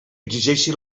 exigeixi